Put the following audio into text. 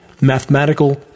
mathematical